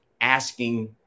asking